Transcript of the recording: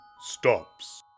stops